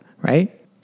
right